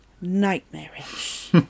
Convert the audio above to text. nightmarish